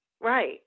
Right